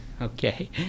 Okay